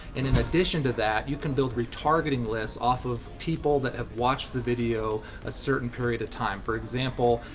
in an addition to that, you can build retargeting lists off of people that have watched the video a certain period of time. for example,